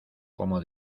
como